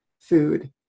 food